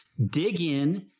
dig in.